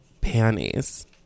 panties